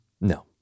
No